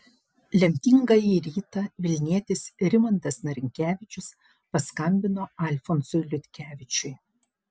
lemtingąjį rytą vilnietis rimantas narinkevičius paskambino alfonsui liutkevičiui